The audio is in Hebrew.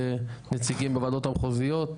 ונציגים בוועדות המחוזיות,